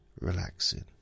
relaxing